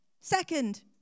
Second